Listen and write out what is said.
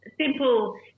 simple